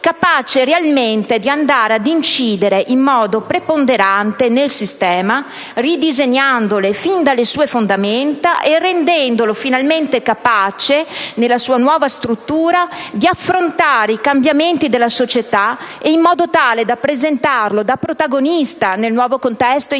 capace realmente di andare ad incidere in modo preponderante nel sistema, ridisegnandolo fin dalle sue fondamenta e rendendolo finalmente capace nella sua nuova struttura di affrontare i cambiamenti della società in modo tale da presentarlo, da protagonista, nel nuovo contesto internazionale